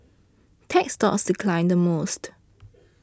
tech stocks declined the most